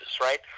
right